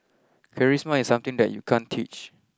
Charisma is something that you can't teach